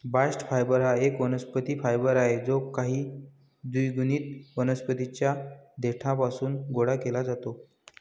bast fibre हा एक वनस्पती फायबर आहे जो काही द्विगुणित वनस्पतीं च्या देठापासून गोळा केला जातो